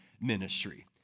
ministry